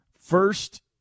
First